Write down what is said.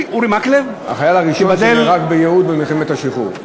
החייל הראשון שנהרג ביהוד במלחמת השחרור.